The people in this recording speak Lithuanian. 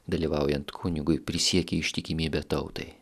dalyvaujant kunigui prisiekė ištikimybę tautai